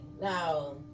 Now